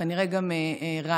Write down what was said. וכנראה גם ראיות,